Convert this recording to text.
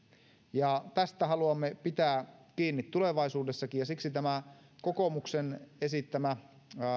tästä haluamme pitää kiinni tulevaisuudessakin siksi tämä kokoomuksen esittämä